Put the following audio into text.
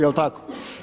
Jel' tako?